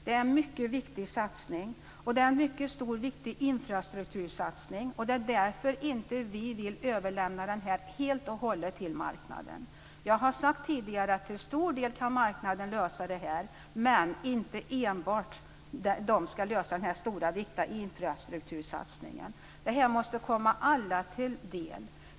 Det är en mycket viktig satsning, och det är en mycket stor viktig infrastruktursatsning. Det är därför som vi inte vill överlämna den helt och hållet till marknaden. Jag har sagt tidigare att marknaden till stor del kan lösa det här. Men det är inte enbart marknaden som ska lösa den här stora viktiga infrastruktursatsningen. Det här måste komma alla till del.